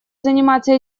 заниматься